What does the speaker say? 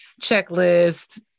checklist